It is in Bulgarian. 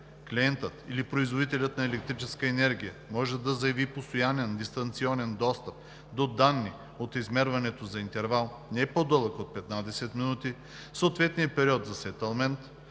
клиентът или производителят на електрическа енергия може да заяви постоянен дистанционен достъп до данни от измерването за интервал не по-дълъг от 15 минути в съответния период за сетълмент.